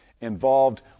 involved